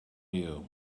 you